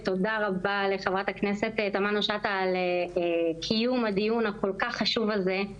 אני רוצה להגיד תודה רבה לחה"כ תמנו על קיום הדיון הכל-כך חשוב הזה.